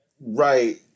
right